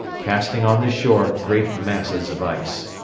casting on the shore great masses of ice.